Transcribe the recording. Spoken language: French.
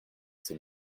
ces